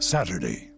Saturday